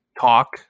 talk